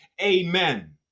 Amen